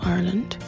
Ireland